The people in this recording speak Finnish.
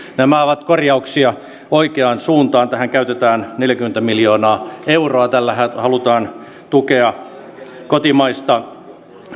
nämä ovat korjauksia oikeaan suuntaan tähän käytetään neljäkymmentä miljoonaa euroa tällä halutaan tukea kotimaista